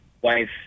wife